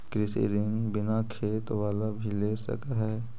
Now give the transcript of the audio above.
कृषि ऋण बिना खेत बाला भी ले सक है?